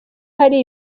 hari